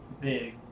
big